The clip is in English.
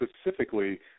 specifically